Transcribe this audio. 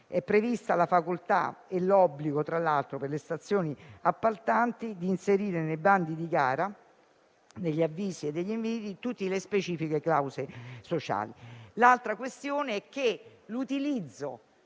previsti la facoltà e l'obbligo, tra l'altro, per le stazioni appaltanti di inserire nei bandi di gara, negli avvisi e negli inviti tutte le specifiche clausole sociali. Inoltre, l'utilizzo